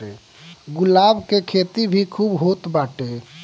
गुलाब के खेती भी खूब होत बाटे